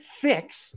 fix